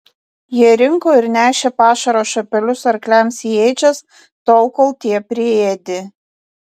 jie rinko ir nešė pašaro šapelius arkliams į ėdžias tol kol tie priėdė